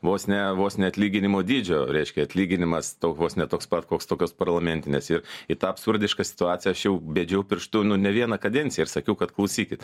vos ne vos ne atlyginimo dydžio reiškia atlyginimas vos ne toks pat koks tokios parlamentinės ir į tą absurdišką situaciją aš jau bedžiau pirštu nu ne vieną kadenciją ir sakiau kad klausykit